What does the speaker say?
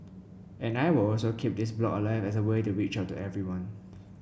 and I will also keep this blog alive as a way to reach out to everyone